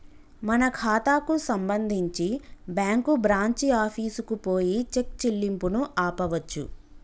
మన ఖాతాకు సంబంధించి బ్యాంకు బ్రాంచి ఆఫీసుకు పోయి చెక్ చెల్లింపును ఆపవచ్చు